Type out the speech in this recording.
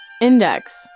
Index